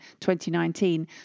2019